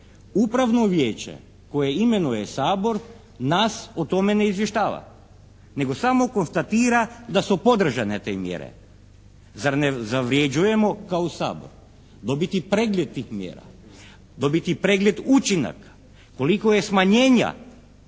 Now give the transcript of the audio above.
Upravno vijeće koje imenuje Sabor, nas o tome ne izvještava nego samo konstatira da su podržane te mjere. Zar ne zavrjeđujemo kao Sabor dobiti pregled tih mjera, dobiti pregled učinaka koliko je smanjenja